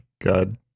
God